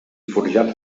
forjats